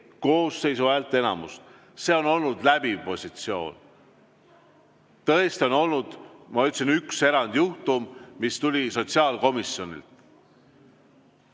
koosseisu häälteenamust. See on olnud läbiv positsioon. Tõesti on olnud, nagu ma ütlesin, üks erandjuhtum, mis tuli sotsiaalkomisjonist.